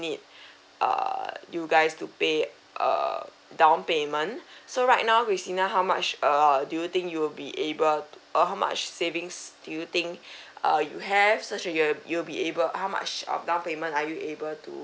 err you guys to pay err down payment so right now christina how much err do you think you'll be able uh how much savings do you think uh you have such as you'll be you'll be able how much of down payment are you able to